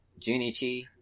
Junichi